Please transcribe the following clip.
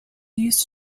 used